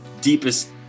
deepest